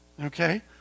Okay